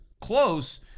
close